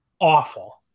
awful